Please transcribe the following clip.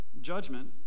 Judgment